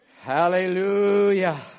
Hallelujah